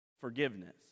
Forgiveness